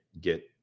get